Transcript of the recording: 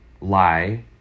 lie